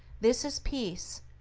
this is peace,